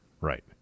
Right